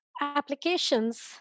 applications